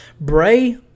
Bray